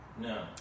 No